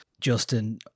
Justin